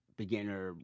beginner